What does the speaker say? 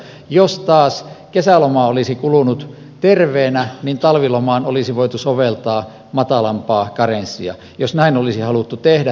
jos taas kesäloma olisi kulunut terveenä niin talvilomaan olisi voitu soveltaa matalampaa karenssia jos näin olisi haluttu tehdä